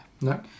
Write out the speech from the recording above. No